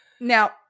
Now